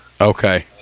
Okay